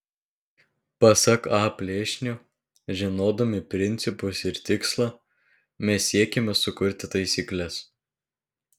pasak a plėšnio žinodami principus ir tikslą mes siekiame sukurti taisykles